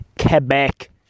Quebec